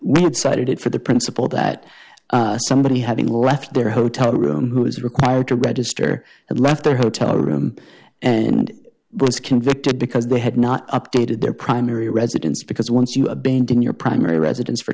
we had cited it for the principle that somebody having left their hotel room who was required to register at left their hotel room and was convicted because they had not updated their primary residence because once you abandon your primary residence for